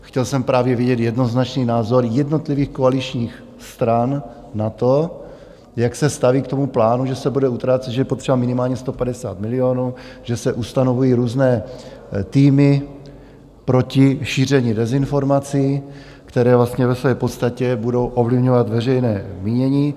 Chtěl jsem právě vidět jednoznačný názor jednotlivých koaličních stran na to, jak se staví k tomu plánu, že se bude utrácet, že je potřeba minimálně 150 milionů, že se ustanovují různé týmy proti šíření dezinformací, které vlastně ve své podstatě budou ovlivňovat veřejné mínění.